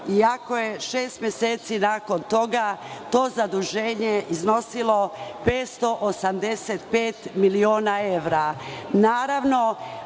ako je šest meseci nakon toga to zaduženje iznosilo 585 miliona evra? Svi